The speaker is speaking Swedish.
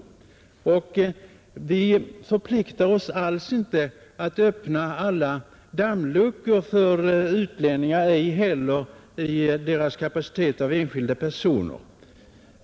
Vi förpliktar oss med denna konvention alls inte att öppna alla dammluckor för utlänningar, ens i deras egenskap av enskilda personer.